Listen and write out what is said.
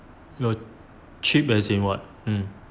your cheap as in what um